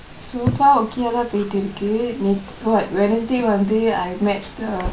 so far okay பேயிட்டுருக்கு இப்போ நா:peiturukku ippo naa wednesday வந்து:vanthu I met the